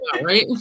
right